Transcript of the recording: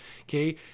okay